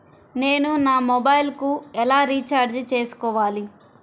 నేను నా మొబైల్కు ఎలా రీఛార్జ్ చేసుకోవాలి?